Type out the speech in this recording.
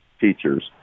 Teachers